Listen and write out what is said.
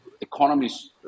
economists